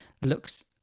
looks